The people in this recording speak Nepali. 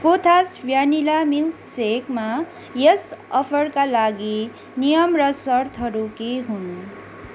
कोथास भ्यानिला मिल्कसेकमा यस अफरका लागि नियम र सर्तहरू के हुन्